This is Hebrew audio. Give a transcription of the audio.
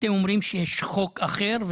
הם אומרים שיש חוק אחר,